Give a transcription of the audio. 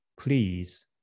please